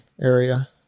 area